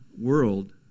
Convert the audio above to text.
world